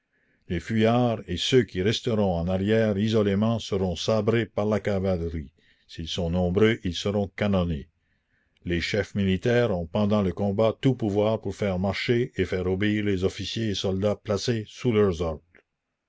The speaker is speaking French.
les fuyards et ceux qui resteront en arrière isolément seront sabrés par la cavalerie s'ils sont nombreux ils seront canonnés les chefs militaires ont pendant le combat tout pouvoir pour faire marcher et faire obéir les officiers et soldats placés sous leurs